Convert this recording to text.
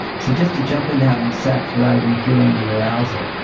so, just to jump into having sex without even feeling the arousal,